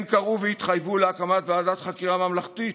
הם קראו והתחייבו להקמת ועדת חקירה ממלכתית,